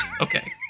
Okay